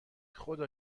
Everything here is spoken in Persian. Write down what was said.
خدا